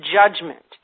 judgment